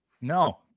No